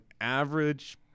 average